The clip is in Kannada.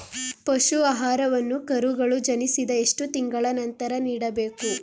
ಪಶು ಆಹಾರವನ್ನು ಕರುಗಳು ಜನಿಸಿದ ಎಷ್ಟು ತಿಂಗಳ ನಂತರ ನೀಡಬೇಕು?